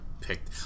picked